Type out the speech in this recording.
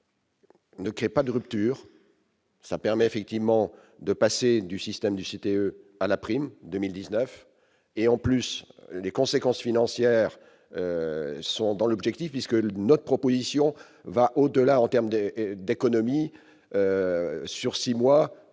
Ne crée pas de rupture. ça permet effectivement de passer du système du site à la prime 2019, et en plus les conséquences financières sont dans l'objectif puisque notre proposition va au-delà, en terme de d'économies sur 6 mois,